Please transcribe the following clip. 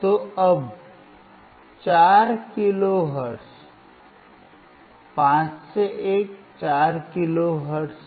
तो अब 4 kilo hertz 4 kilo hertz है